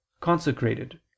consecrated